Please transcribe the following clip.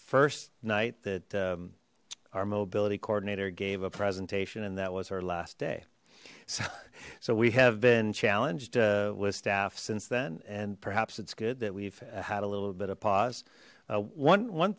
first night that our mobility coordinator gave a presentation and that was her last day so so we have been challenged with staff since then and perhaps it's good that we've had a little bit of pause one one